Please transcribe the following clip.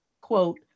Quote